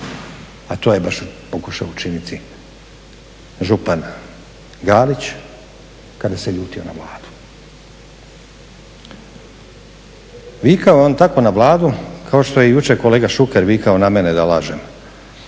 A to je baš pokušao učiniti župan Galić kada se ljutio na Vladu. Vikao je on tako na Vladu kao što je jučer kolega Šuker vikao na mene da lažem.